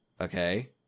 Okay